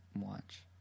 watch